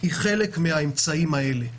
היא חלק מהאמצעים האלה.